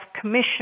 commission